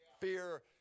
Fear